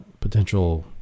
potential